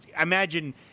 imagine